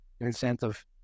incentive